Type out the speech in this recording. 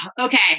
Okay